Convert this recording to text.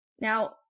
Now